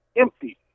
empty